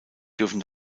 dürfen